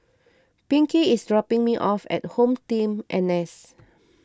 Pinkie is dropping me off at HomeTeam N S